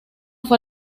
fue